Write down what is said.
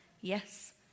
Yes